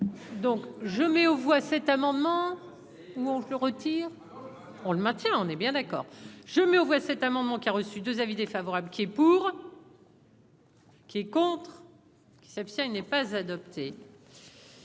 Donc je mets aux voix cet amendement ou on le retire, on le maintient, hein, on est bien d'accord, je mets aux voix cet amendement qui a reçu 2 avis défavorables qui est pour. Qui est contre qui s'abstient, il n'est pas adopté.